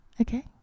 okay